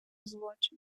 злочин